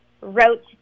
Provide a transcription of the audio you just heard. wrote